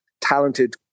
talented